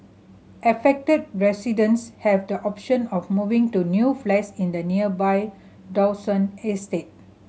affected residents have the option of moving to new flats in the nearby Dawson estate